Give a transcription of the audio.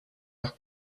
and